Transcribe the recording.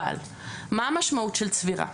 אבל מה המשמעות של צבירה?